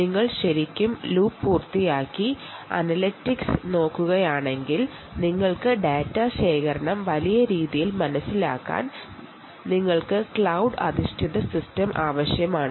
നിങ്ങൾ ശരിക്കും ലൂപ്പ് പൂർത്തിയാക്കി അനലിറ്റിക്സോ ഡാറ്റ ശേഖരണമോ വലിയ രീതിയിൽ മനസ്സിലാക്കാൻ ആഗ്രഹിക്കുന്നുവെങ്കിൽ ക്ലൌഡ് അധിഷ്ഠിത സിസ്റ്റം ആവശ്യമാണ്